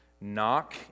Knock